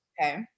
Okay